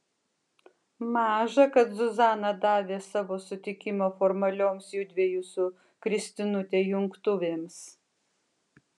maža kad zuzana davė savo sutikimą formalioms judviejų su kristinute jungtuvėms